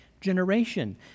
generation